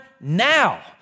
now